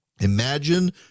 Imagine